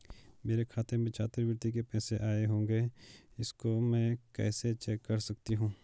मेरे खाते में छात्रवृत्ति के पैसे आए होंगे इसको मैं कैसे चेक कर सकती हूँ?